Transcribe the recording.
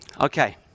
Okay